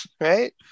Right